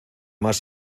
más